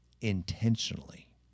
intentionally